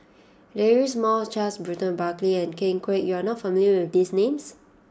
Deirdre Moss Charles Burton Buckley and Ken Kwek you are not familiar with these names